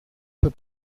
peut